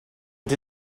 but